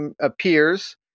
appears